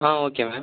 ah okay ma'am